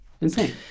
insane